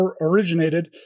originated